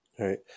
right